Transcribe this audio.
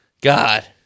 God